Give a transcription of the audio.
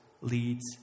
leads